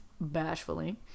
bashfully